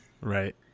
Right